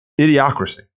Idiocracy